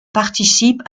participe